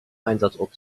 einsatzort